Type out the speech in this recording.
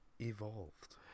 Evolved